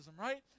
right